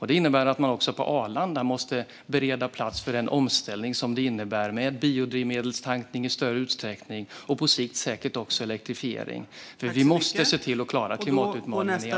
Detta innebär att man också på Arlanda måste bereda plats för den omställning som krävs, med biodrivmedelstankning i större utsträckning och på sikt säkert också elektrifiering. Vi måste se till att klara klimatutmaningarna.